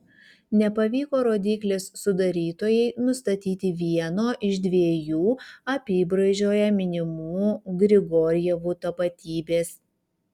nepavyko rodyklės sudarytojai nustatyti vieno iš dviejų apybraižoje minimų grigorjevų tapatybės